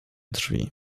drzwi